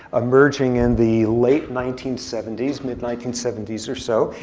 emerging in the late nineteen seventy s mid nineteen seventy s or so.